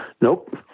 Nope